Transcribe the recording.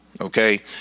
Okay